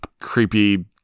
creepy